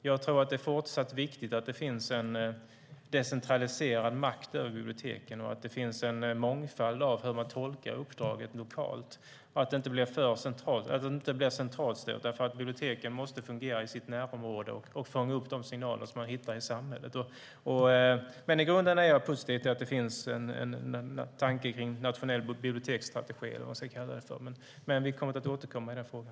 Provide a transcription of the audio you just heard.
Jag tror att det är viktigt att det även i fortsättningen finns en decentraliserad makt över biblioteken, en mångfald i hur uppdraget tolkas lokalt, att de inte blir centralstyrda. Biblioteken måste fungera i sina närområden och fånga upp signalerna i samhället. I grunden är jag positiv till att det finns en tanke om en nationell biblioteksstrategi. Vi återkommer i frågan.